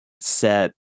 set